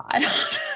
god